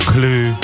Clue